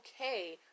okay